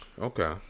Okay